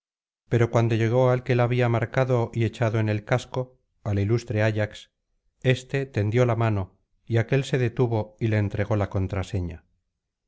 pero cuando llegó al que la había marcado y echado en el casco al ilustre ayax éste tendió la mano y aquel se detuvo y le entregó la contraseña